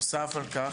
נוסף על כך,